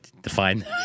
Define